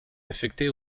affectées